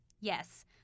Yes